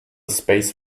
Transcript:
space